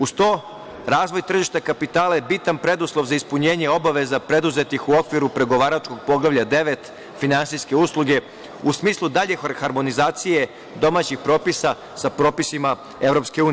Uz to, razvoj tržišta kapitala je bitan preduslov za ispunjenje obaveze preduzetih u okviru pregovaračkog Poglavlja 9 – finansijske usluge, u smislu dalje harmonizacije domaćih propisa sa propisima EU.